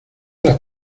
las